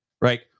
right